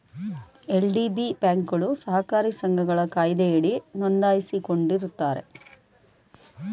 LDB ಬ್ಯಾಂಕ್ಗಳು ಸಹಕಾರಿ ಸಂಘಗಳ ಕಾಯ್ದೆಯಡಿ ನೊಂದಾಯಿಸಿಕೊಂಡಿರುತ್ತಾರೆ